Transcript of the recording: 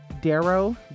darrow